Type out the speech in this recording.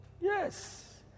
yes